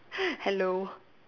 hello